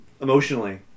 emotionally